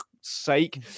sake